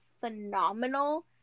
phenomenal